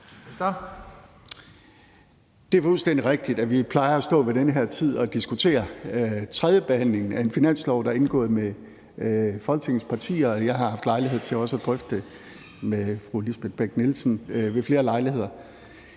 Det er fuldstændig rigtigt, at vi plejer at stå ved den her tid og diskutere tredjebehandlingen af en finanslov, der er indgået med Folketingets partier. Jeg har haft lejlighed til også at drøfte det med fru Lisbeth Bech-Nielsen ved flere lejligheder.